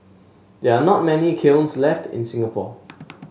there are not many kilns left in Singapore